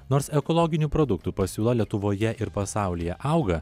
nors ekologinių produktų pasiūla lietuvoje ir pasaulyje auga